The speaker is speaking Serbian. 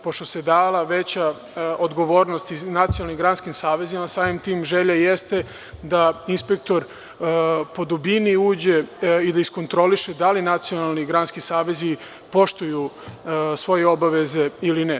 Pošto se dala veća odgovornost Nacionalnim granskim savezima, samim tim želja jeste da inspektor po dubini uđe i da iskontroliše da li nacionalni granski savezi poštuju svoje obaveze ili ne.